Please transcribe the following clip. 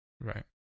Right